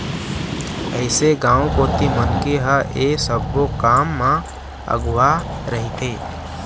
अइसे गाँव कोती मनखे ह ऐ सब्बो काम म अघुवा रहिथे